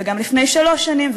וגם לפני שלוש שנים,